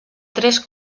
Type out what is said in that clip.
tres